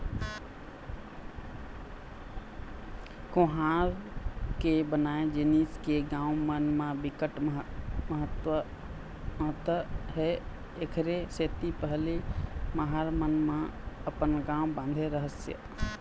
कुम्हार के बनाए जिनिस के गाँव मन म बिकट महत्ता हे एखरे सेती पहिली महार मन ह अपन गाँव बांधे राहय